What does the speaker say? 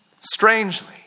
Strangely